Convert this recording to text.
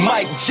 Mike